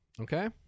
okay